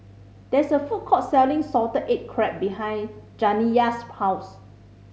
there is a food court selling salted egg crab behind Janiya's house